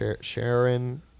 Sharon